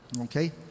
okay